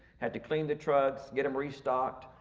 had to clean the trucks, get them restocked.